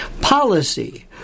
Policy